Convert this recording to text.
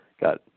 got